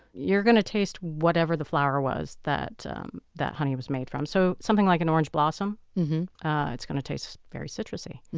you're going to taste whatever the flower was that um that honey was made from. so, something like an orange blossom is going to taste very citrusy.